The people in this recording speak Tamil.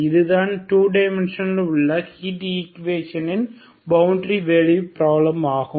இதுதான் 2 டைமன்ஷனில் உள்ள ஹீட் ஈக்குவேஷன் இன் பவுண்டரி வேல்யூ பிராப்ளம் ஆகும்